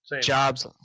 jobs